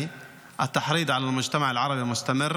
תודה רבה.